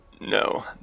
No